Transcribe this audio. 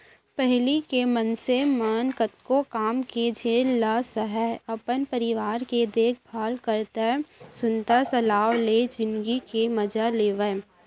पहिली के मनसे मन कतको काम के झेल ल सहयँ, अपन परिवार के देखभाल करतए सुनता सलाव ले जिनगी के मजा लेवयँ